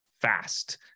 fast